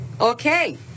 Okay